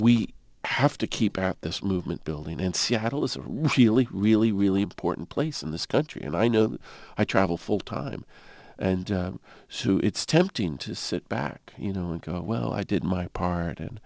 have to keep this movement building and seattle is a really really really important place in this country and i know i travel full time and it's tempting to sit back you know and go well i did my part and